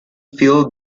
feel